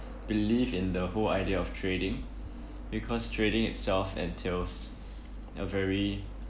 believe in the whole idea of trading because trading itself entails a very